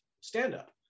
stand-up